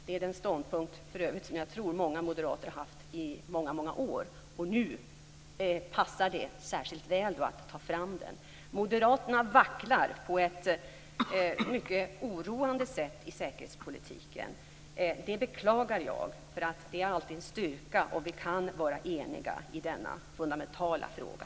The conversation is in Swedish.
Det är för övrigt den ståndpunkt som jag tror att många moderater har haft i många år, och nu passar det särskilt väl att ta fram den. Moderaterna vacklar på ett mycket oroande sätt i säkerhetspolitiken. Det beklagar jag, eftersom det alltid är en styrka om vi kan vara eniga i denna fundamentala fråga.